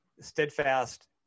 steadfast